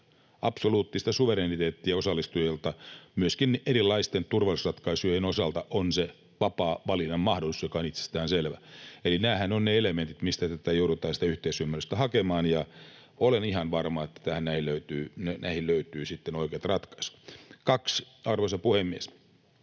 absoluuttista suvereniteettia osallistujilta. Myöskin erilaisten turvallisuusratkaisujen osalta on se vapaa valinnanmahdollisuus, joka on itsestään selvä. Eli nämähän ovat ne elementit, mistä joudutaan sitä yhteisymmärrystä hakemaan, ja olen ihan varma, että näihin löytyy sitten oikeat ratkaisut. Toiseksi, arvoisa puhemies: